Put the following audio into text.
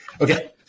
Okay